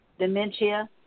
Dementia